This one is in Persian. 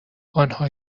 آنها